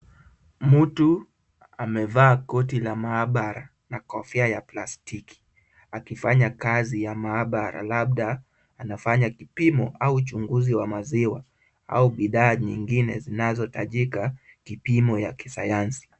Mtu amevaa koti la maabara na kofia ya plastiki, akifanya kazi ya maabara labda anafanya vipimo au uchunguzi wa maziwa au bidhaa nyingine zinazotajika kipimo ya kisayansi.